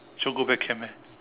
sure go back camp eh